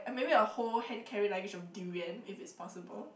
maybe a whole handcarry luggage of durian if it's possible